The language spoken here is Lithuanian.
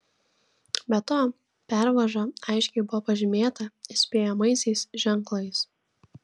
be to pervaža aiškiai buvo pažymėta įspėjamaisiais ženklais